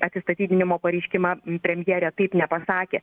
atsistatydinimo pareiškimą premjerė taip nepasakė